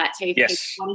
Yes